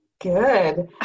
Good